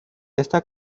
esta